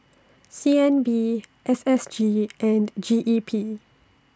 C N B S S G and G E P